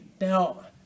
Now